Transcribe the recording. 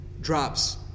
drops